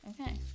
okay